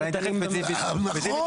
אבל אני אתייחס ספציפית לנקודה.